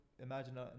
Imagine